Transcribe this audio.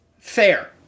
fair